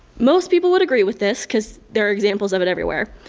most people would agree with this because there are examples of it everywhere.